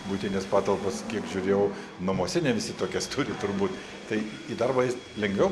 buitinės patalpos kiek žiūrėjau namuose ne visi tokias turi turbūt tai į darbą eis lengviau